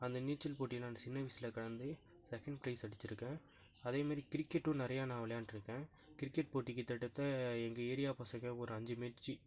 அந்த நீச்சல் போட்டி நான் சின்ன வயசிலே கலந்து செகன்ட் பிரைஸ் அடிச்சுருக்கேன் அதே மாதிரி கிரிக்கெட்டும் நிறையா நான் விளையாண்டிருக்கேன் கிரிக்கெட் போட்டி கிட்டத்தட்டத்த எங்கள் ஏரியா பசங்கள் ஒரு அஞ்சு மேட்ச்சு